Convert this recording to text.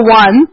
one